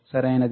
సరియైనది